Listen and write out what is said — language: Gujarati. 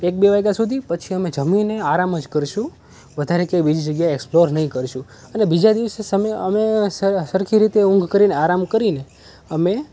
એક બે વાગ્યા સુધી પછી અમે જમીને આરામ જ કરશું વધારે કઈ બીજી જગ્યા એક્સપ્લોર નહીં કરીશું અને બીજા દિવસે સમય અમે સમયસર સરખી રીતે ઊંઘ કરીને આરામ કરીને અમે